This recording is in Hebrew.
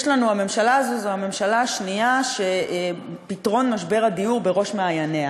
הממשלה הזאת היא הממשלה השנייה שפתרון משבר הדיור בראש מעייניה,